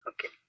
Okay